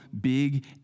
big